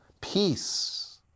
Peace